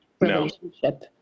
relationship